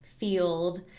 Field